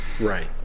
Right